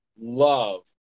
love